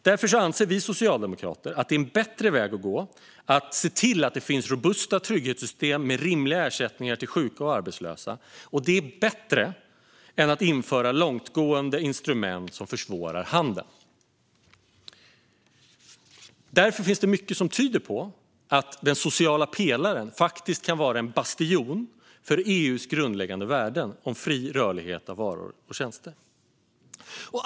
Därför anser vi socialdemokrater att det är en bättre väg att gå att se till att det finns robusta trygghetssystem med rimliga ersättningar till sjuka och arbetslösa och att det är bättre än att införa långtgående instrument som försvårar handeln. Därför finns det mycket som tyder på att den sociala pelaren faktiskt kan vara en bastion för EU:s grundläggande värden gällande fri rörlighet för varor och tjänster.